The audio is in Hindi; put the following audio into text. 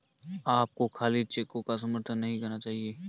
आपको खाली चेकों का समर्थन नहीं करना चाहिए